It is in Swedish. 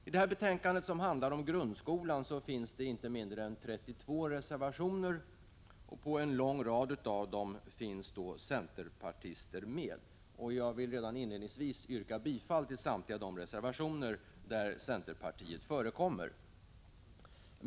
I utbildningsutskottets betänkande om grundskolan finns inte mindre än 32 reservationer, och på en lång rad av dessa är centerpartisters namn med. Jag vill redan inledningsvis yrka bifall till samtliga reservationer där centerpartiet är företrätt.